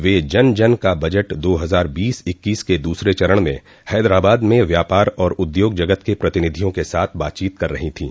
वे जन जन का बजट दो हजार बीस इक्कीस के दूसरे चरण में हैदराबाद में व्यापार और उद्योग जगत के प्रतिनिधियों के साथ बातचीत कर रहीं थीं